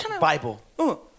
Bible